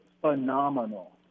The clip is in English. phenomenal